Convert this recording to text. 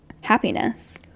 happiness